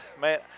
man